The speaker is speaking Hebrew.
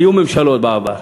היו ממשלות בעבר,